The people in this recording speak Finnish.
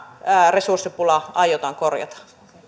resurssipula aiotaan korjata